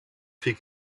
vier